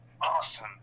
Awesome